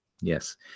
Yes